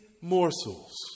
morsels